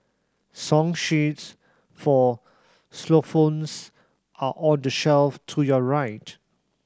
song sheets for xylophones are on the shelf to your right